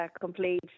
complete